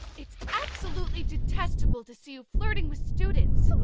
it's absolutely detestable to see you flirting with students. so